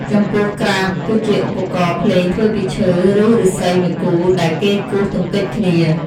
ចំពោះក្រាប់ គឺជាឧបករណ៍ភ្លេងធ្វើពីឈើ ឬឫស្សីមួយគូ ដែលគេគោះទង្គិចគ្នា។